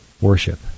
worship